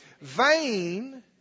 vain